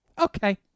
Okay